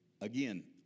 again